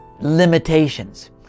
limitations